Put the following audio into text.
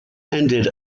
ended